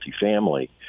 multifamily